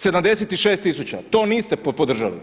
76 tisuća to niste podržali,